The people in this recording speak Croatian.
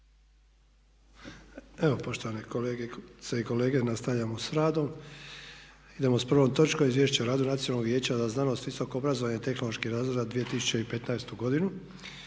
Evo, poštovani kolege i kolegice, nastavljamo sa radom. Idemo sa 1. točkom. 1. Izvješće o radu Nacionalnog vijeća za znanost, visoko obrazovanje i tehnološki razvoj za 2015. godinu